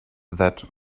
that